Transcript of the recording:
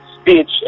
speech